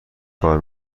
کار